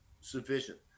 sufficient